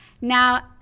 Now